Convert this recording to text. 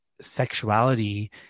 sexuality